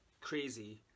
crazy